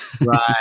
Right